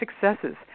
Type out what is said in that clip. successes